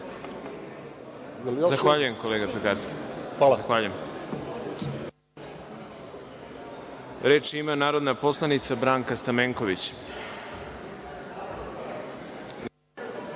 Zahvaljujem, kolega Pekarski. Reč ima narodna poslanica Branka Stamenković.